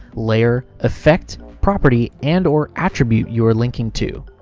layer, effect, property, and or attribute you're linking to.